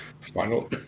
Final